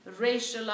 racialized